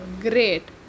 great